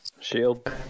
Shield